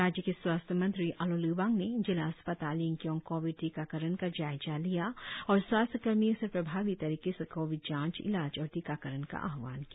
राज्य के स्वास्थ्य मंत्री आलो लिबांग ने जिला अस्पताल यिंगकियोंग कोविड टीकाकरण का जायजा लिया और स्वास्थ्य कर्मियों से प्रभावी तरीके से कोविड जांच इलाज और टीकाकरण का आहवान किया